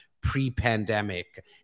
pre-pandemic